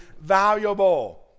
valuable